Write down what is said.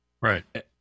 Right